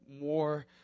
more